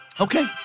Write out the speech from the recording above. Okay